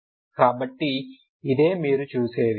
కాబట్టి ఇదే మీరు చూసేది